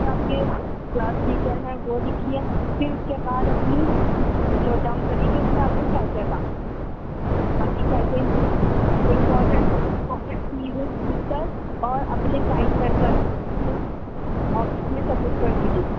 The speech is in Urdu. جو آپ کے کلاس ٹیچر ہیں وہ لکھیے پھر اس کے بعد اپنی چیزیں نوٹ ڈاؤن کریے کہ اس میں آپ کا کیا کیا تھا آپ کی کیا کیا امپارٹینٹ امپارٹنٹ چیزیں لکھ کر اور اپنے سائن کر کر آفس میں سبمٹ کر دیجیے